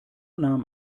nahm